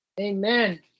Amen